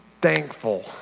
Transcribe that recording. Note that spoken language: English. thankful